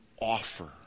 offer